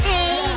Hey